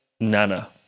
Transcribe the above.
Nana